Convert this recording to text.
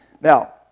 Now